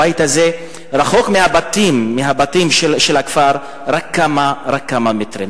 הבית הזה רחוק מהבתים של הכפר רק כמה מטרים.